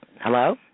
Hello